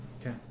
Okay